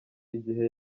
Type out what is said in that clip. igihe